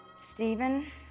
Stephen